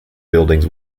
buildings